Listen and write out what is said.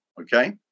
okay